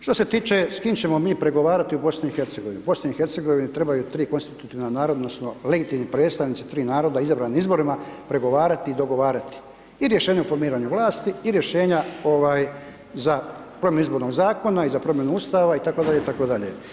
Što se tiče s kim ćemo mi pregovarati u BIH, BIH trebaju 3 konstitutivna naroda, odnosno, legitimni predstavnici 3 naroda u izabranim izborima, pregovarati i dogovarati i riješene o formiranju vlasti i rješenje za promjenu izbornog zakona i za promjenu Ustava itd. itd.